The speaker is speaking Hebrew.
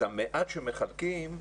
את המעט שמחלקים,